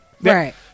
Right